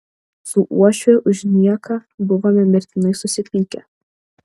su uošviu už nieką buvome mirtinai susipykę